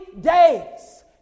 days